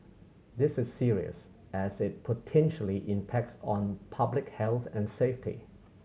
this is serious as it potentially impacts on public health and safety